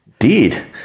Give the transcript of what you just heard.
Indeed